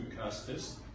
Custis